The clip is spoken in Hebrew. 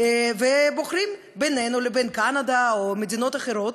ובוחרים בינינו לבין קנדה או מדינות אחרות,